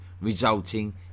resulting